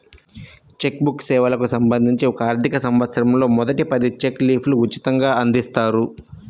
check book సేవలకు సంబంధించి ఒక ఆర్థికసంవత్సరంలో మొదటి పది చెక్ లీఫ్లు ఉచితంగ అందిస్తారు